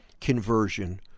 conversion